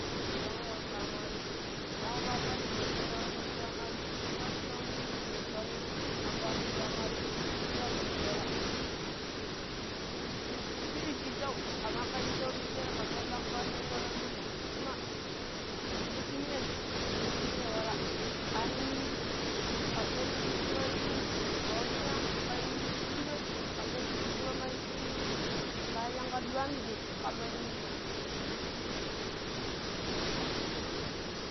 en ni shakoi pamadu ni shako pamadu n kummina tomon ti pamada ni yina shittau ti piɗi minun pallu ampani ti pamadu gaskiya pidi wala "yi ti tii" ti pidi shittau, kama kar yu shittau ti pisher kar pallu ampani shin wala ti pidi kuma yasha ki minai yashaki minai wala, ani kaddiyan ti pippiloi ma washina kai kurɓe kar ɗiyan ta pippiloi mai ii kaya shankar shuwani dai kammai